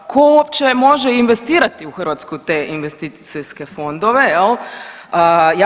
Tko uopće može investirati u Hrvatsku te investicijske fondove jel?